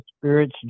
spirits